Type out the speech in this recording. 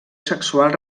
sexual